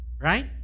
right